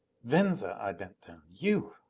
venza! i bent down. you!